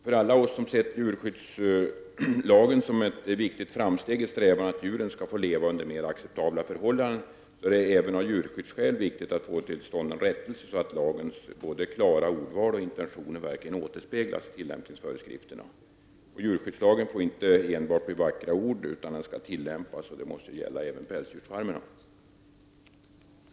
För alla oss som sett djurskyddslagen som ett viktigt framsteg i strävan att djuren skall få leva under mer acceptabla förhållanden är det även av djurskyddsskäl viktigt att få till stånd en rättelse, så att både lagens klara ordval och dess intentioner verkligen återspeglas i tillämpningsföreskrifterna. Djurskyddslagen får inte enbart bli vackra ord, utan den skall tillämpas, och det måste gälla även beträffande pälsdjursfarmarna.